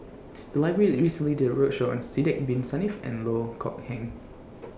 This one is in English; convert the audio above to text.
The Library recently did A roadshow on Sidek Bin Saniff and Loh Kok Heng